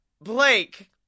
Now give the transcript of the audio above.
Blake